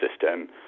system